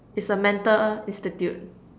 it's a mental institute